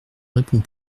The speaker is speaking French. répond